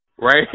right